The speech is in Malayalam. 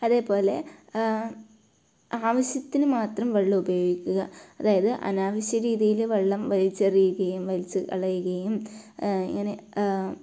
അതേപോലെ ആവശ്യത്തിന് മാത്രം വെള്ളം ഉപയോഗിക്കുക അതായത് അനാവശ്യ രീതീയിൽ വെള്ളം വലിച്ചെറിയുകയും വലിച്ച് കളയുകയും ഇങ്ങനെ